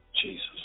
Jesus